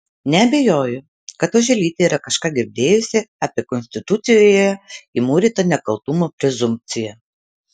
neabejoju kad oželytė yra kažką girdėjusi apie konstitucijoje įmūrytą nekaltumo prezumpciją